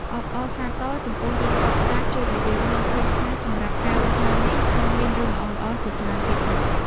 អបអរសាទរចំពោះរឿងតូចតាចជួយឱ្យយើងមើលឃើញថាសម្រាប់ការរស់នៅនេះនៅមានរឿងល្អៗជាច្រើនទៀតណាស់។